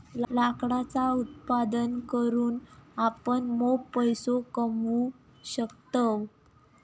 लाकडाचा उत्पादन करून आपण मॉप पैसो कमावू शकतव